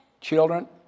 Children